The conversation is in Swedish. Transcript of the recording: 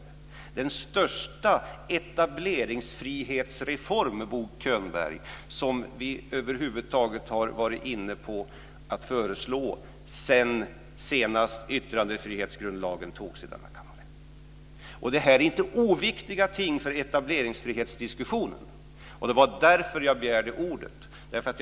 Det är den största etableringsfrihetsreform, Bo Könberg, som vi över huvud taget har varit inne på att föreslå sedan yttrandefrihetsgrundlagen antogs i denna kammare. Det här är inte oviktiga ting för etableringsfrihetsdiskussionen. Det var därför jag begärde ordet.